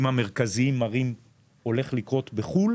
המרכזיים מראים שהולך לקרות בחו"ל.